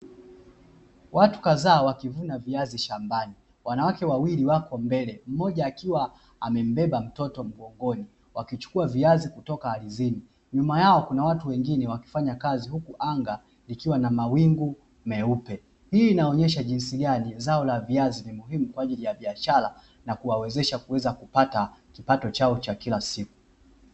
Watu kadhaa wakivuna viazi shambani. Wanawake wawili wako mbele, mmoja akiwa amembeba mtoto mgongoni wakichukua viazi kutoka ardhini. Nyuma yao kuna watu wengine wakifanya kazi huku anga likiwa na mawingu meupe. Hii inaonyesha jinsi gani zao la viazi ni muhimu, kwa ajili ya biashara na kuwawezesha kuweza kupata kipato chao cha kila siku.